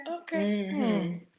Okay